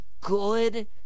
good